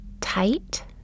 Tight